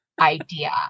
idea